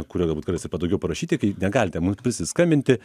kuriuo galbūt kartais ir patogiau parašyti kai negalite mum prisiskambinti